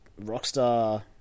rockstar